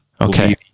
Okay